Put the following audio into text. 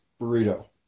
burrito